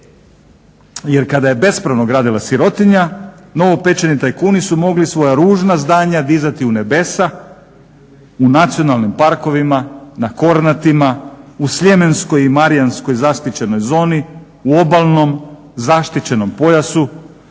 jer kada je bespravno gradila sirotinja novopečeni tajkuni su mogli svoja ružna zdanja dizati u nebesa u nacionalnim parkovima, na Kornatima, u sljemenskoj i marijanskoj zaštićenoj zoni u obalnom zaštićenom pojasu